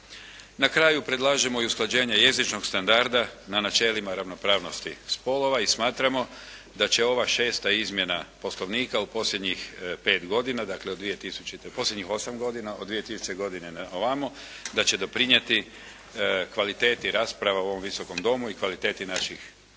Na kraju predlažemo i usklađenje jezičnog standarda na načelima ravnopravnosti spolova i smatramo da će ova šesta izmjena Poslovnika u posljednjih pet godina, dakle, od 2000., posljednjih 8 godina od 2000. godine na ovamo, da će doprinijeti kvaliteti rasprava u ovom Visokom domu i kvaliteti naših zaključaka